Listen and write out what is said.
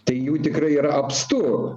tai jų tikrai yra apstu